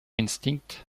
instinct